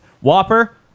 Whopper